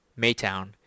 Maytown